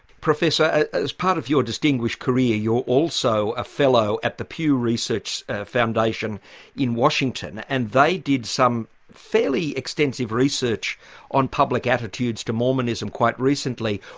professor, as part of your distinguished career, you're also a fellow at the pew research foundation in washington, and they did some fairly extensive research on public attitudes to mormonism quite recently,